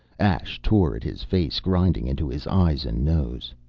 ash tore at his face, grinding into his eyes and nose.